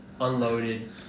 unloaded